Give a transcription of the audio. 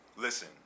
Listen